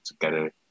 together